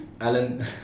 Alan